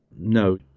No